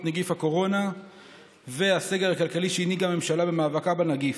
נגיף הקורונה והסגר הכלכלי שהנהיגה הממשלה במאבקה בנגיף.